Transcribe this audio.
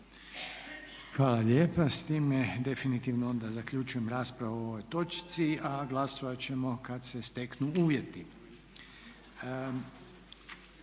Hvala lijepa. S time definitivno onda zaključujem raspravu o ovoj točci, a glasovat ćemo kad se steknu uvjeti.